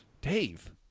Dave